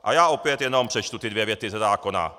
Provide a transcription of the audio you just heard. A já opět jenom přečtu ty dvě věty ze zákona.